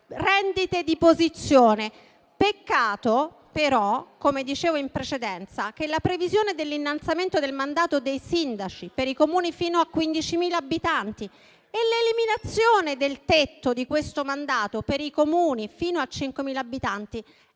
rendite di posizione. Peccato, però, come dicevo in precedenza, che la previsione dell'innalzamento del mandato dei sindaci per i Comuni fino a 15.000 abitanti e l'eliminazione del tetto di questo mandato per i Comuni fino a 5.000 abitanti